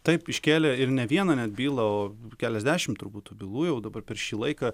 taip iškėlė ir ne vieną bylą keliasdešimt turbūt tų bylų jau dabar per šį laiką